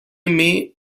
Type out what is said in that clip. may